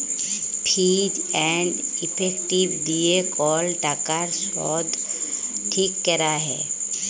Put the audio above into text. fees and effective দিয়ে কল টাকার শুধ ঠিক ক্যরা হ্যয়